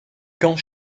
camp